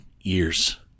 years